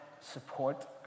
support